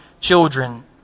children